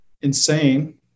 insane